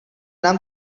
nám